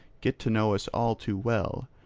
get to know us all too well,